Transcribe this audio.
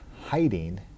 hiding